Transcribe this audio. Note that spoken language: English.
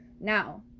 Now